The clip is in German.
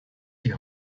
die